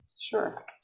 Sure